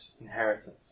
inheritance